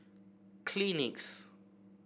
Kleenex